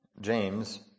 James